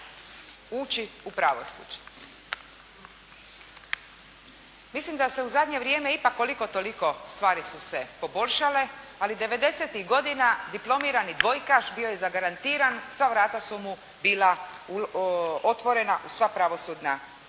ući u pravosuđe. Mislim da se u zadnje vrijeme ipak, koliko toliko stvari su se poboljšale, ali devedesetih godina diplomirani dvojkaš bio je zagarantiran sva vrata su mu bila otvorena u sva pravosudna tijela.